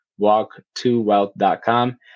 walktowealth.com